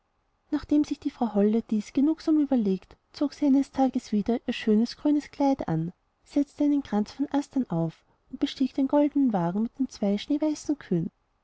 nachdem sich die frau holle dies genugsam überlegt zog sie eines tages wieder ihr schönes grünes kleid an setzte einen kranz von astern auf und bestieg den goldnen wagen mit den zwei schneeweißen kühen